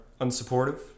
unsupportive